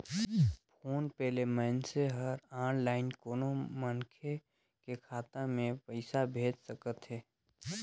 phone पे ले मइनसे हर आनलाईन कोनो मनखे के खाता मे पइसा भेज सकथे